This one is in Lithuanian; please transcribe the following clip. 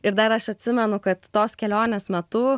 ir dar aš atsimenu kad tos kelionės metu